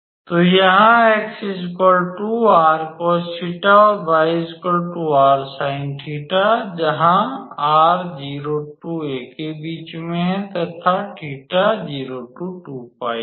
तो यहाँ 𝑥 𝑟cos𝜃 और 𝑦 𝑟sin𝜃 जहाँ 0≤𝑟≤𝑎 तथा 0≤𝜃≤2𝜋 है